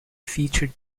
featured